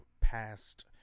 past